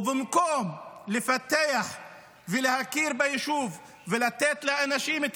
ובמקום לפתח ולהכיר ביישוב ולתת לאנשים את